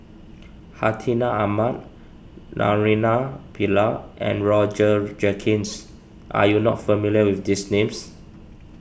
Hartinah Ahmad Naraina Pillai and Roger Jenkins are you not familiar with these names